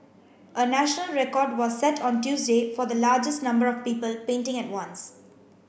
a national record was set on Tuesday for the largest number of people painting at once